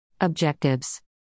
Objectives